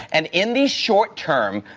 and in the short term,